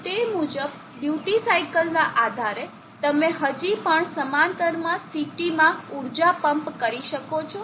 તોતે મુજબ duty cycle ના આધારે તમે હજી પણ સમાંતર CT માં ઊર્જા પંપ કરી શકો છો